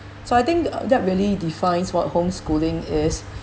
so I think uh that really defines what homeschooling is